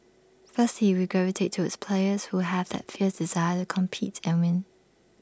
firstly we gravitate towards players who have that fierce desire to compete and win